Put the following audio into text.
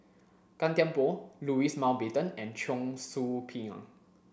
Gan Thiam Poh Louis Mountbatten and Cheong Soo Pieng